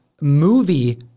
movie